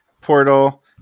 portal